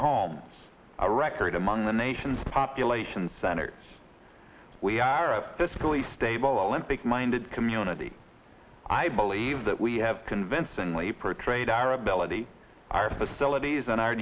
homes a record among the nation's population centers we are a fiscally stable olympic minded community i believe that we have convincingly pro trade our ability our facilities and our